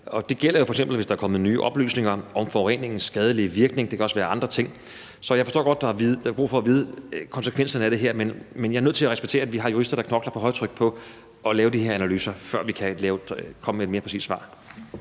Det gælder jo f.eks., hvis der er kommet nye oplysninger om forureningens skadelige virkning – det kan også være andre ting. Så jeg forstår godt, der er brug for at kende konsekvenserne af det her, men jeg er nødt til at respektere, at vi har jurister, der knokler på højtryk for at lave de her analyser, før vi kan komme med et mere præcist svar.